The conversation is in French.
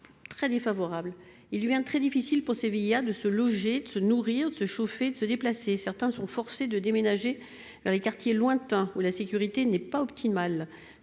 très défavorables. Il devient très difficile pour ces VIA de se loger, de se nourrir, de se chauffer, de se déplacer. Certains sont forcés de déménager dans des quartiers lointains, où la sécurité n'est pas optimale,